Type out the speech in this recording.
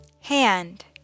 Hand